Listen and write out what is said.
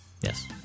Yes